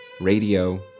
radio